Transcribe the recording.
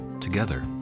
Together